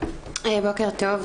בוקר טוב.